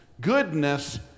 goodness